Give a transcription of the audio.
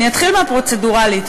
אתחיל מהפרוצדורלית.